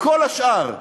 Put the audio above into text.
לכל השאר.